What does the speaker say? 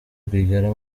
rwigara